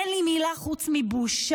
אין לי מילה חוץ מבושה,